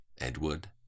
Edward